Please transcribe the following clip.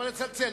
אבל לצלצל,